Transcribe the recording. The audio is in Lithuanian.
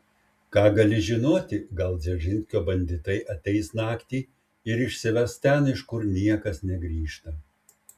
ką gali žinoti gal dzeržinskio banditai ateis naktį ir išsives ten iš kur niekas negrįžta